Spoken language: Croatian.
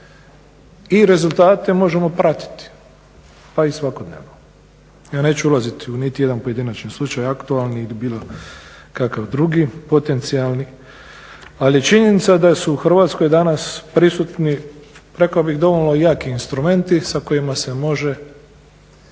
I rezultate možemo pratiti pa i svakodnevno. Ja neću ulaziti u niti jedan pojedinačni slučaj aktualni ili bilo kakav drugi potencijalni, ali je činjenica da su u Hrvatskoj danas prisutni rekao bih dovoljno jaki instrumenti sa kojima se može